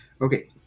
Okay